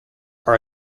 are